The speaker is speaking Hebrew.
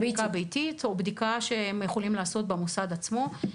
בדיקה ביתית או בדיקה שהם יכולים לעשות במוסד עצמו.